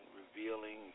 revealing